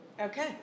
Okay